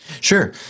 Sure